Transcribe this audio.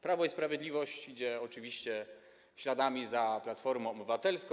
Prawo i Sprawiedliwość idzie oczywiście śladami Platformy Obywatelskiej.